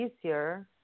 easier